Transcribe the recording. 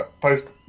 post